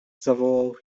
zawołał